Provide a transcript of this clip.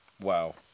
Wow